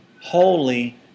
holy